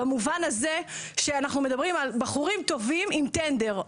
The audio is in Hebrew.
במובן הזה שאנחנו מדברים על בחורים טובים עם טנדר,